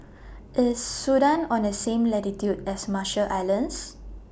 IS Sudan on The same latitude as Marshall Islands